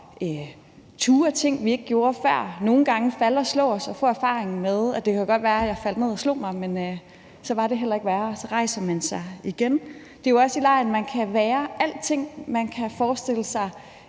turde ting, vi ikke turde før, og nogle gang falder man og slår sig og får den erfaring, at det godt kan være, at jeg faldt ned og slog mig, men så var det heller ikke værre. Så rejser man sig igen. Det er jo også i legen, man kan være alting. Man kan forestille sig